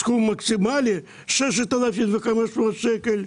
בסכום מקסימלי של 6,500 שקל.